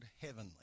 heavenly